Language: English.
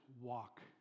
walk